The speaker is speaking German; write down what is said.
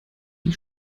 die